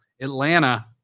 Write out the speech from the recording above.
atlanta